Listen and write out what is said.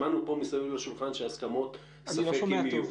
שמענו פה מסביב לשולחן שהסכמות ספק אם יהיו.